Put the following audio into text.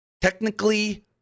technically